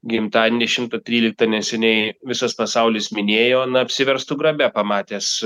gimtadienį šimtą tryliktą neseniai visas pasaulis minėjo na apsiverstų grabe pamatęs